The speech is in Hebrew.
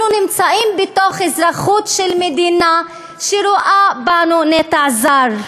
אנחנו נמצאים בתוך אזרחיות של מדינה שרואה בנו נטע זר.